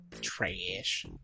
Trash